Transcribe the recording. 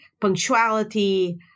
punctuality